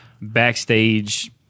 backstage